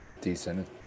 decent